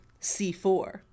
C4